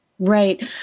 Right